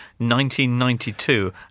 1992